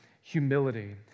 humility